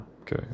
Okay